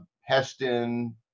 Heston